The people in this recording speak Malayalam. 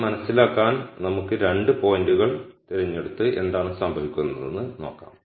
ഇത് മനസിലാക്കാൻ നമുക്ക് രണ്ട് പോയിന്റുകൾ തിരഞ്ഞെടുത്ത് എന്താണ് സംഭവിക്കുന്നതെന്ന് നോക്കാം